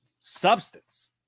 substance